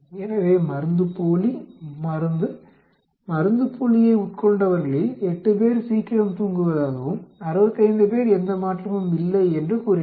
எனவே மருந்துப்போலி மருந்து மருந்துப்போலியை உட்கொண்டவர்களில் 8 பேர் சீக்கிரம் தூங்குவதாகவும் 65 பேர் எந்த மாற்றமும் இல்லை என்றும் கூறினர்